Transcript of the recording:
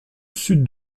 sud